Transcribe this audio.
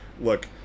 Look